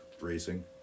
racing